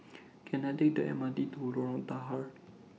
Can I Take The MRT to Lorong Tahar